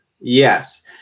Yes